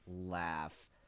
laugh